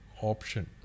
option